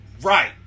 Right